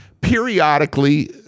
Periodically